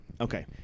Okay